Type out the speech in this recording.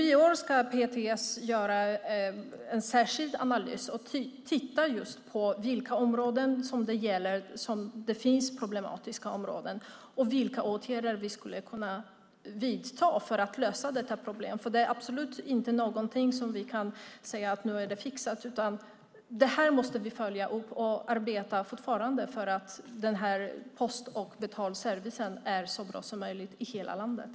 I år ska PTS göra en särskild analys och titta just på vilka områden som är problematiska och vilka åtgärder vi skulle kunna vidta för att lösa dessa problem. Det är absolut inte någonting som vi kan säga är fixat nu, utan vi måste följa upp det här. Och vi arbetar fortfarande för att den här post och betalservicen är så bra som möjligt i hela landet.